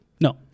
No